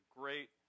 great